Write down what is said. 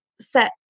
set